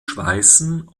schweißen